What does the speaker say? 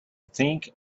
think